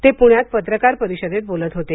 ते पुण्यात पत्रकार परिषदेत बोलत होते